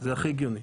זה הכי הגיוני.